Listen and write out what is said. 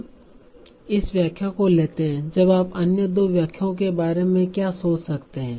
हम इस व्याख्या को लेते हैं अब आप अन्य दो व्याख्याओं के बारे में क्या सोच सकते हैं